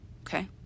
okay